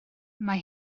mae